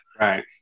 right